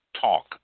talk